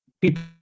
People